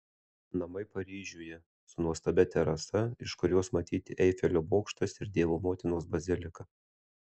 namai paryžiuje su nuostabia terasa iš kurios matyti eifelio bokštas ir dievo motinos bazilika